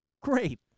Great